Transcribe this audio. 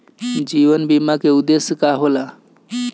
जीवन बीमा का उदेस्य का होला?